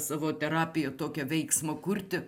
savo terapiją tokią veiksmo kurti